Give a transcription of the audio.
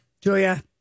Julia